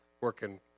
working